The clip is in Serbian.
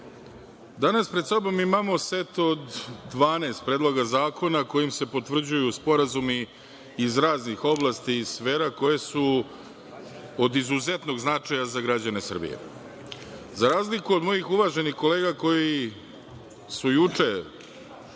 danas pred sobom imamo set od 12 predloga zakona kojim se potvrđuju sporazumi iz raznih oblasti, iz sfera koje su od izuzetnog značaja za građane Srbije.Za razliku od mojih uvaženih kolega koji su juče